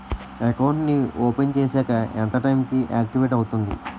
Account నీ open చేశాక ఎంత టైం కి ఆక్టివేట్ అవుతుంది?